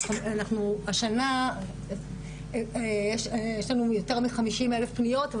אנחנו השנה יש לנו יותר מ-50,000 פניות,